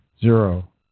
Zero